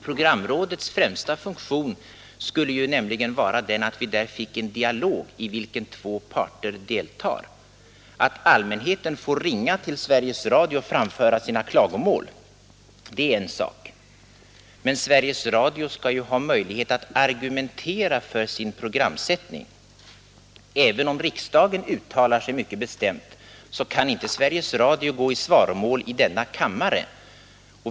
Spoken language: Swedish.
Programrådets främsta funktion skulle vara att vi där fick en dialog i vilken två parter deltar. Att allmänheten får ringa till Sveriges Radio och framföra sina klagomål, det är en sak, men Sveriges Radio skall ju ha möjlighet att inför offentligheten argumentera för sin programsättning. Även om riksdagen uttalar sig mycket bestämt, kan inte Sveriges Radio gå i svaromål i denna kammare.